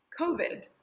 COVID